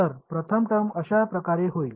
तर प्रथम टर्म अशा प्रकारे होईल